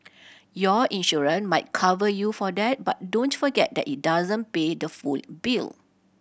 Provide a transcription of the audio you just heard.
your insurance might cover you for that but don't forget that it doesn't pay the full bill